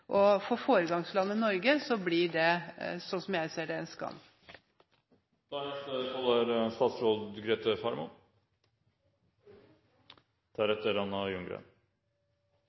For foregangslandet Norge blir det, slik jeg ser det, en skam.